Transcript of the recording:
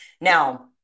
Now